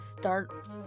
start